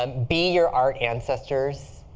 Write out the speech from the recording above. um be your art ancestors.